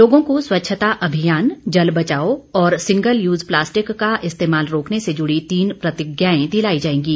लोगों को स्वच्छता अभियान जल बचाओ और सिंगल यूज प्लास्टिक का इस्तेमाल रोकने से जुड़ी तीन प्रतिज्ञाएं दिलाई जाएंगी